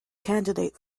candidate